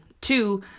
two